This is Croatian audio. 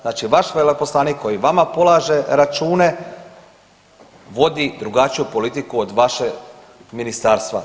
Znači vaš veleposlanik koji vama polaže račune vodi drugačiju politiku od vašeg ministarstva.